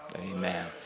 Amen